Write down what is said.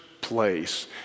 place